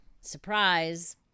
surprise